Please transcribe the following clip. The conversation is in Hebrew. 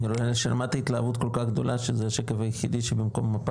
אני רואה שרמת ההתלהבות כל כך גדולה שזה השקף היחידי שבמקום מפה,